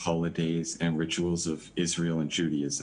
החגים והטקסים של ישראל והיהדות.